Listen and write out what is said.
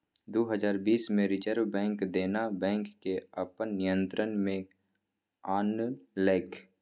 दु हजार बीस मे रिजर्ब बैंक देना बैंक केँ अपन नियंत्रण मे आनलकै